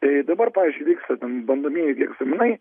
tai dabar pavyzdžiui vyksta ten bandomieji gi egzaminai